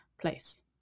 place